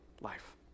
life